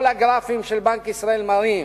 כל הגרפים של בנק ישראל מראים